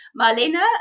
Marlena